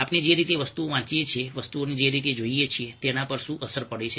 આપણે જે રીતે વસ્તુઓ વાંચીએ છીએ વસ્તુઓને જે રીતે જોઈએ છીએ તેના પર શું અસર પડે છે